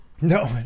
No